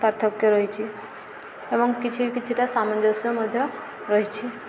ପାର୍ଥକ୍ୟ ରହିଛି ଏବଂ କିଛି କିଛିଟା ସାମଞ୍ଜସ୍ୟ ମଧ୍ୟ ରହିଛି